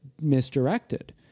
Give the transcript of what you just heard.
misdirected